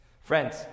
Friends